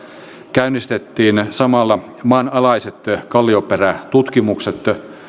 käynnistettiin samalla maanalaiset kallioperätutkimukset